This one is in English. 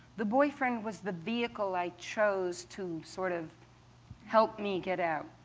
the boyfriend was the vehicle i chose to sort of help me get out.